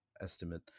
estimate